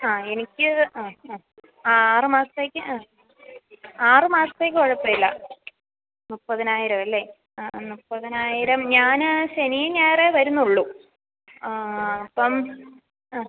ആ എനിക്ക് ആ ആ ആറു മാസത്തേക്ക് ആ ആറു മാസത്തേയ്ക്കു കുഴപ്പമില്ല മുപ്പതിനായിരമല്ലേ ആ മുപ്പതിനായിരം ഞാന് ശനിയും ഞായറുമേ വരുന്നുള്ളൂ അപ്പോള് ആ